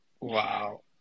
Wow